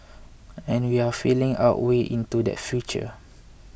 and we're feeling our way into that future